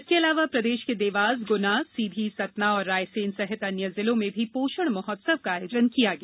इसके अलावा प्रदेश के देवास गुना सीधी सतना और रायसेन सहित अन्य जिलों में भी पोषण महोत्सव का आयोजन किया गया